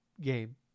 game